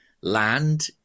land